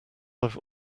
i’ve